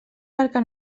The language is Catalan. barca